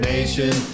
Nation